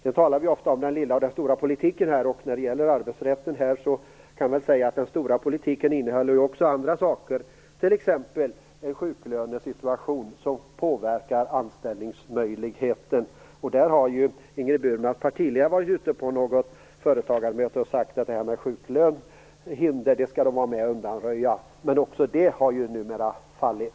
Vi talar ofta om den lilla och den stora politiken här, och när det gäller arbetsrätten kan vi säga att den stora politiken ju också innehåller andra saker, t.ex. sjuklönesituationen som påverkar anställningsmöjligheterna. Där har ju Ingrid Burmans partiledare varit ute på något företagarmöte och sagt att det här med sjuklönehinder skall Vänsterpartiet vara med och undanröja, men också det har ju numera fallit.